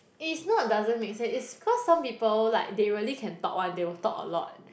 eh is not doesn't make sense is cause some people like they really can talk one they will talk a lot